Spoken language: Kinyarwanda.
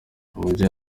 umubyeyi